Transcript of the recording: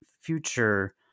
future